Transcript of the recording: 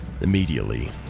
Immediately